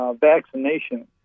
vaccination